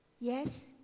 yes